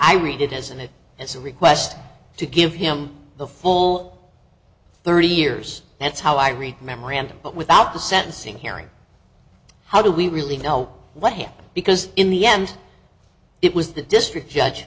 i read it as an it as a request to give him the full thirty years that's how i read memorandum but without the sentencing hearing how do we really know what happened because in the end it was the district judge